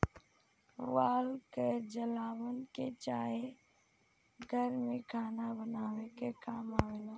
पुआल के जलावन में चाहे घर में खाना बनावे के काम आवेला